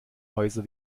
häuser